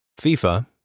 FIFA